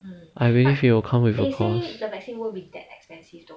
I believe it will come with a cause